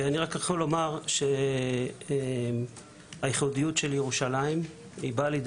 אני יכול לומר שהייחודיות של ירושלים באה לידי